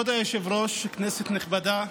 כבוד היושב-ראש, כנסת נכבדה,